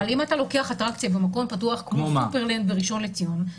אבל אם אתה לוקח אטרקציה במקום פתוח כמו סופרלנד בראשון לציון,